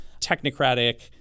technocratic